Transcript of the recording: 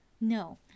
no